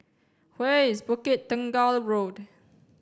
where is Bukit Tunggal Road